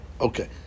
Okay